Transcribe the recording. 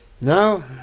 Now